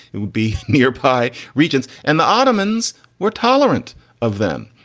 it would be nearby regions. and the ottomans were tolerant of them.